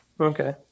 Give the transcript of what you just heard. Okay